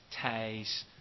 ties